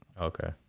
Okay